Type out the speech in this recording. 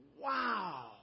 Wow